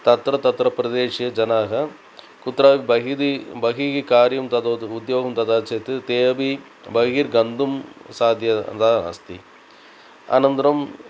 तत्र तत्र प्रदेशे जनाः कुत्र बहिः बहिः कार्यं ददोत् उद्योगं ददा चेत् ते अपि बहिर्गन्तुं साध्यता अस्ति अनन्तरम्